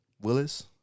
Willis